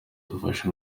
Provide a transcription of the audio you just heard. dufasha